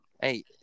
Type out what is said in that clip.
Hey